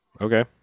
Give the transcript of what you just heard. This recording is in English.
Okay